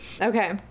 Okay